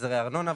החזרי ארנונה.